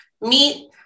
Meat